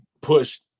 pushed